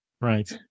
Right